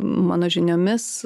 mano žiniomis